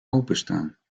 openstaan